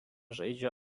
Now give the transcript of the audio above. žaidžia